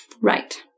Right